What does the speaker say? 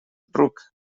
ruc